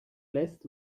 lässt